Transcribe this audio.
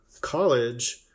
college